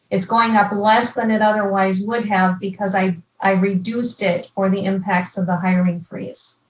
it's going up less than it otherwise would have because i i reduced it for the impacts of the hiring freeze.